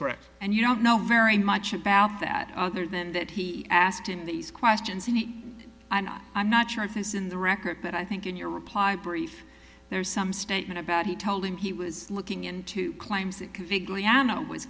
correct and you don't know very much about that other than that he asked him these questions in the i'm not i'm not sure if it's in the record but i think in your reply brief there is some statement about he told him he was looking into claims that